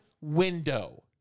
window